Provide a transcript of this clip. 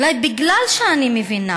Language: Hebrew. אולי בגלל שאני מבינה